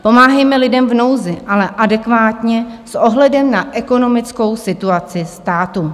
Pomáhejme lidem v nouzi, ale adekvátně s ohledem na ekonomickou situaci státu.